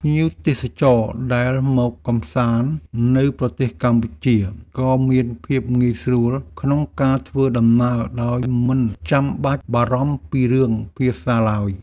ភ្ញៀវទេសចរដែលមកកម្សាន្តនៅប្រទេសកម្ពុជាក៏មានភាពងាយស្រួលក្នុងការធ្វើដំណើរដោយមិនចាំបាច់បារម្ភពីរឿងភាសាឡើយ។